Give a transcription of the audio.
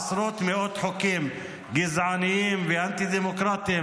עשרות ומאות חוקים גזעניים ואנטי-דמוקרטיים